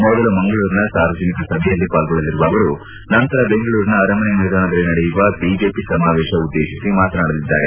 ಮೊದಲು ಮಂಗಳೂರಿನ ಸಾರ್ವಜನಿಕ ಸಭೆಯಲ್ಲಿ ಪಾಲ್ಗೊಳ್ಳಲಿರುವ ಅವರು ನಂತರ ಬೆಂಗಳೂರಿನ ಅರಮನೆ ಮೈದಾನದಲ್ಲಿ ನಡೆಯುವ ಬಿಜೆಪಿ ಸಮಾವೇಶ ಉದ್ದೇಶಿಸಿ ಮಾತನಾಡಲಿದ್ದಾರೆ